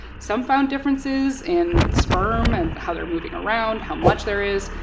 some found differences in sperm and how they're moving around, how much there is.